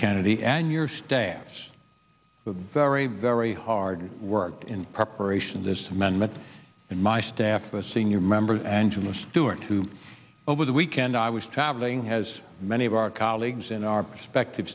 kennedy and your stance very very hard work in preparation this amendment and my staff a senior member of angela stewart who over the weekend i was traveling has many of our colleagues in our perspective